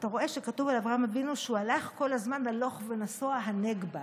אתה רואה שכתוב על אברהם אבינו שהוא הלך כל הזמן "הלוך ונסוע הנגבה",